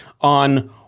on